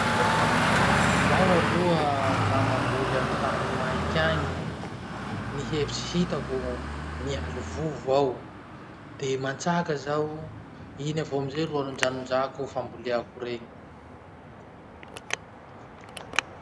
Zaho aloha laha mamboly amy tany maiky agny, gny hevitsy hitako, mihaly vovo aho. De mantsaka zaho, iny avao amizay ro anondrahanondrahako famboleako reny.